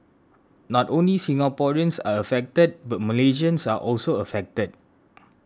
not only Singaporeans are affected but Malaysians are also affected